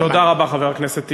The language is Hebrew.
חבר הכנסת טיבי,